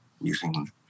using